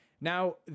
Now